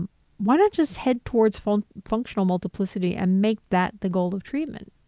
why don't just head towards full functional multiplicity and make that the goal of treatment?